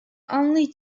only